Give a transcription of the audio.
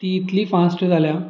ती इतली फास्ट जाल्या